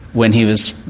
when he was